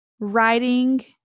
writing